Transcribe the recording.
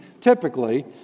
typically